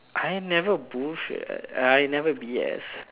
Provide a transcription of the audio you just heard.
I never bullshit I never B S